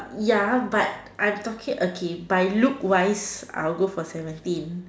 ya but I'm talking okay by look wise I'll go for seventeen